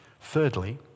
Thirdly